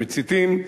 המציתים.